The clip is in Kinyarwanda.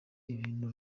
ibintu